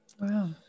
Wow